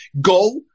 go